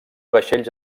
vaixells